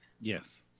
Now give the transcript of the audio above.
yes